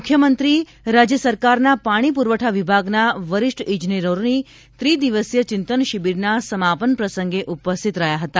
મુખ્યમંત્રી રાજ્ય સરકારના પાણી પુરવઠા વિભાગના વરિષ્ઠ ઇજનેરોની ત્રિ દિવસીય ચિંતન શિબિરના સમાપન પ્રસંગે ઉપસ્થિત રહ્યા હતા